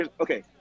okay